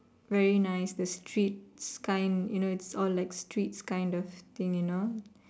very nice there's streets kind you know is all like streets kind of thing you know